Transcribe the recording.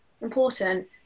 important